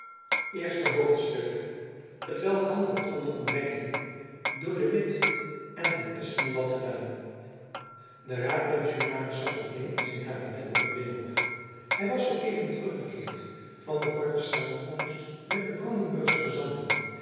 eerste hoofdstuk hetwelk handelt van de ontdekking door de witt en van espenblad gedaan de raadpensionaris zat alleen in zijn kabinet op het binnenhof hy was zoo even teruggekeerd van een korte samenkomst met de brandenburgsche gezanten